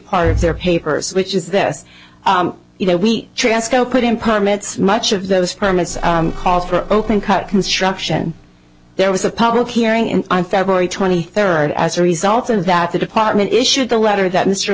part of their papers which is this you know we transco put in permits much of those permits called for open cut construction there was a public hearing in on february twenty third as a result of that the department issued the letter that mr